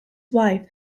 wife